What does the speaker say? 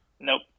Nope